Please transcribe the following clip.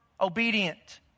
obedient